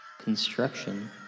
construction